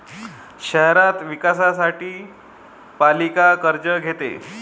शहराच्या विकासासाठी पालिका कर्ज घेते